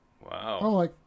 Wow